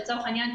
לצורך העניין,